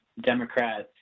Democrats